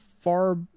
far